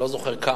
לא זוכר כמה,